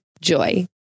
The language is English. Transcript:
Joy